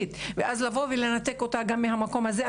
ואז לבוא ולנתק אותה גם מהמקום הזה?